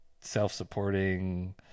self-supporting